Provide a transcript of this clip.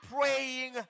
praying